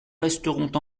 resteront